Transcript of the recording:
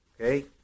Okay